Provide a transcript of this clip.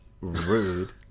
Rude